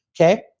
Okay